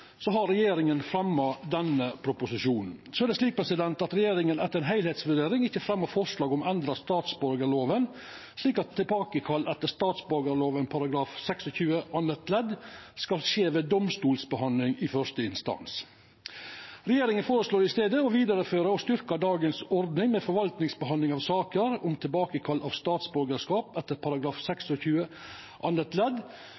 har regjeringa fremja denne proposisjonen. Så er det slik at regjeringa etter ei heilskapssvurdering ikkje fremjar forslag om å endra statsborgarloven slik at tilbakekall etter statsborgarloven § 26 andre ledd skal skje ved domstolsbehandling i første instans. Regjeringa føreslår i staden å vidareføra og styrkja dagens ordning med forvaltningsbehandling av saker om tilbakekall av statsborgarskap etter § 26 andre ledd,